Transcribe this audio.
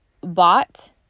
bought